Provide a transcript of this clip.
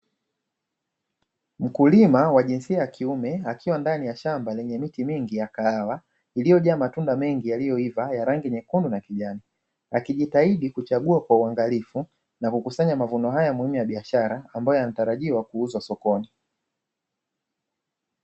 Mkulima wa jinsia ya kiume akiwa ndani ya shamba lenye miti mingi ya kahawa iliyojaa matunda mengi yaliyoiva ya rangi nyekundu na kijani, akijitahidi kuchagua kwa uangalifu na kukusanya mavuno haya muhimu ya biashara ambayo yanatarajiwa kuuzwa sokoni.